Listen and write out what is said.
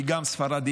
היא גם ספרדייה,